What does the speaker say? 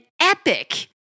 epic